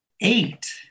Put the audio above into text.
eight